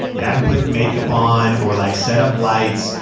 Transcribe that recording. you haven't put makeup on or like set up lights.